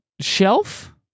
Shelf